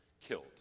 killed